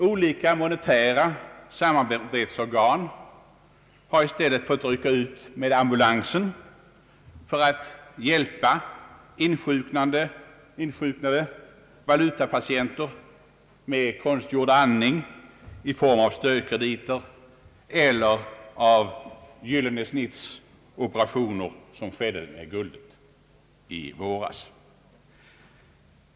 Olika monetära samarbetsorgan har i stället fått rycka ut med ambulansen för att hjälpa insjuknade valutapatienter med konstgjord andning i form av stödkrediter eller gyllene-snitt-operationer, såsom skedde med guldet i våras.